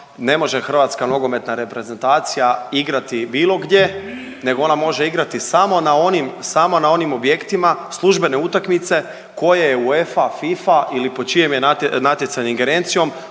Ne može Hrvatska nogometna reprezentacija igrati bilo gdje, nego ona može igrati samo na onim objektima službene utakmice koje je UEFA, FIFA ili pod čijim je natjecanjem, ingerencijom